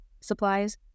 supplies